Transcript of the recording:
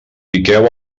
piqueu